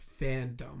fandom